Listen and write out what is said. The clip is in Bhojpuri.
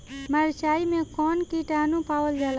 मारचाई मे कौन किटानु पावल जाला?